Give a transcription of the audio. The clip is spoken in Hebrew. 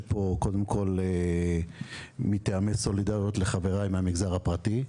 פה קודם כל מטעמי סולידריות לחברי מהמגזר הפרטי.